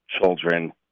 children